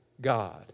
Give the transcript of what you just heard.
God